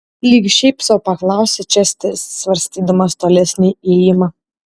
lyg šiaip sau paklausė česteris svarstydamas tolesnį ėjimą